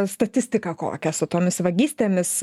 statistiką kokią su tomis vagystėmis